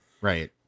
Right